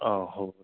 অঁ হ'ব